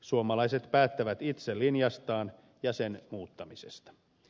suomalaiset päättävät itse linjastaan ja sen muuttamisesta